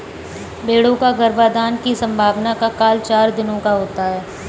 भेंड़ों का गर्भाधान की संभावना का काल चार दिनों का होता है